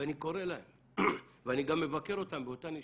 ואני קורא להם ואני גם מבקר אותם באותה נשימה.